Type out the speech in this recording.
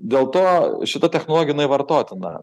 dėl to šita technologin jinai vartotina